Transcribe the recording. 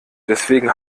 deswegen